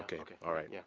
ok, alright. yeah